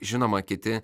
žinoma kiti